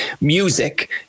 music